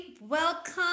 welcome